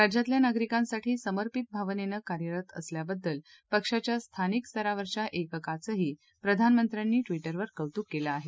राज्यातल्या नागरिकांसाठी समर्पित भावनेने कार्यरत असल्याबद्दल पक्षाच्या स्थानिक स्तरावरच्या एककाचंही प्रधानमंत्र्यांनी ट्वीटरवर कौतुक केलं आहे